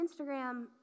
Instagram